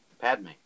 Padme